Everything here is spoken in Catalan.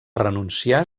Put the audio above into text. renunciar